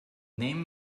name